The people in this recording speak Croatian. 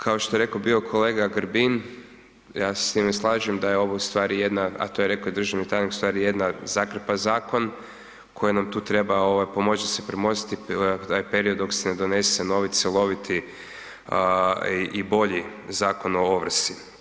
Kao što je rekao bio kolega Grbin, ja se s njime slažem da je ovo ustvari jedna, a to je rekao i državni tajnik, ustvari jedna zakrpa zakon koji nam tu treba pomoći si premostiti taj period dok se ne donese novi cjeloviti i bolji Zakon o ovrsi.